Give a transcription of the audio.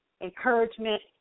encouragement